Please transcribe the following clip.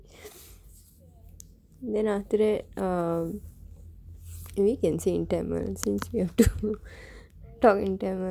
then after that err maybe can say in tamil since we have to talk in tamil